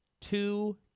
two